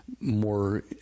more